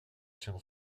się